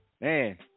Man